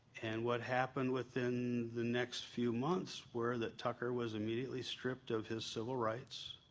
and what happened within the next few months were that tucker was immediately stripped of his civil rights,